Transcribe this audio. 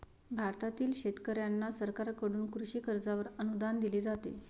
भारतातील शेतकऱ्यांना सरकारकडून कृषी कर्जावर अनुदान दिले जाते